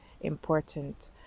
important